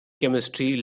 chemistry